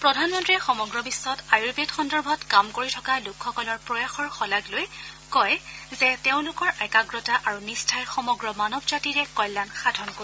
প্ৰধানমন্ত্ৰীয়ে সমগ্ৰ বিখ্বত আয়ৰ্বেদ সন্দৰ্ভত কাম কৰি থকা লোকসকলৰ প্ৰয়াসৰ শলাগ লৈ কয় যে তেওঁলোকৰ একাগ্ৰতা আৰু নিষ্ঠাই সমগ্ৰ মানৱ জাতিৰে কল্যাণ সাধন কৰিব